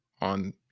on